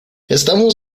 estamos